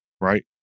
right